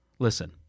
Listen